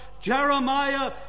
Jeremiah